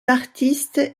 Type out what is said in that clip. artiste